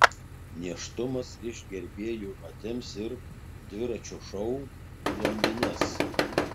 nėštumas iš gerbėjų atims ir dviračio šou blondines